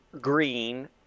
green